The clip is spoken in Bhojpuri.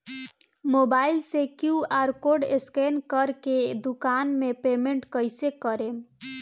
मोबाइल से क्यू.आर कोड स्कैन कर के दुकान मे पेमेंट कईसे करेम?